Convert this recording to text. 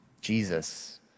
Jesus